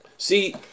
See